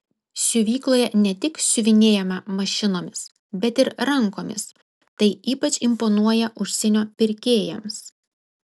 siuvykloje ne tik siuvinėjama mašinomis bet ir rankomis tai ypač imponuoja užsienio pirkėjams